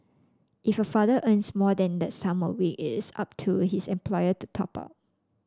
if a father earns more than the sum a week is up to his employer to top up